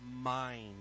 mind